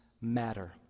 matter